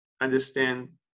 understand